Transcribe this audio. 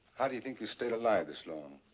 how do you think you've stayed alive this long?